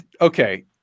Okay